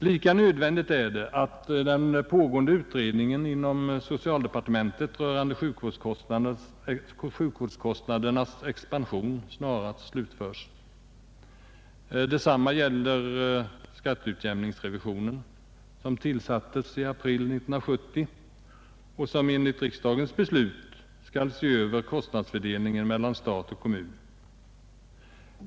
Lika nödvändigt är det att den pågående utredningen inom socialdepartementet rörande sjukvårdskostnadernas expansion snarast slutförs. Detsamma gäller skatteutjämningsrevisionen som tillsattes i april 1970 och som enligt riksdagens beslut skall se över kostnadsfördelningen mellan stat och kommun.